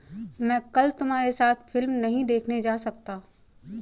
मैं कल तुम्हारे साथ फिल्म नहीं देखने जा सकता